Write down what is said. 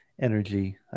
energy